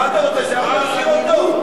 מה אתה רוצה, שאנחנו נחזיר אותו?